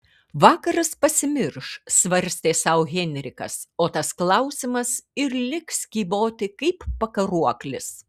vakaras pasimirš svarstė sau henrikas o tas klausimas ir liks kyboti kaip pakaruoklis